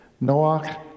Noah